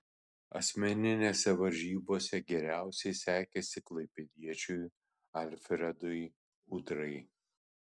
asmeninėse varžybose geriausiai sekėsi klaipėdiečiui alfredui udrai